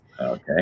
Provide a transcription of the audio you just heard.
Okay